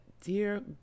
dear